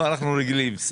לגפני,